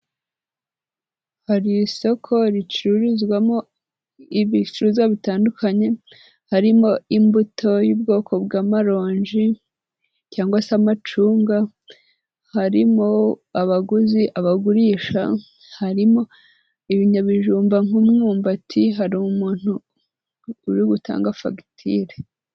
Hari isoko ricururizwamo ibicuruzwa bitandukanye, harimo imbuto y'ubwoko bw'amaronji cyangwa se amacunga, harimo abaguzi, abagurisha, harimo ibinyabijumba nk'umwumbati, hari umuntu uri gutanga fagitire.